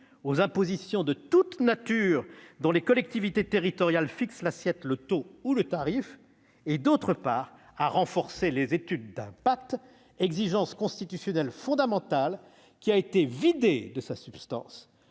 aux impositions de toutes natures dont les collectivités territoriales fixent l'assiette, le taux ou le tarif et, d'autre part, à renforcer les études d'impact. Cette exigence constitutionnelle fondamentale a été vidée de sa substance